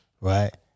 right